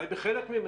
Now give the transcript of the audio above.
אולי בחלק ממנו,